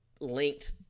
linked